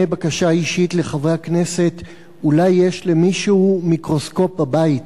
בקשה אישית אל חברי הכנסת: אולי יש למישהו מיקרוסקופ בבית?